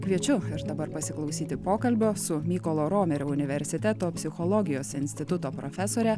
kviečiu ir dabar pasiklausyti pokalbio su mykolo romerio universiteto psichologijos instituto profesore